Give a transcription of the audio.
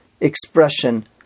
expression